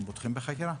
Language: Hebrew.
אתם פותחים בחקירה?